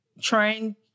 trying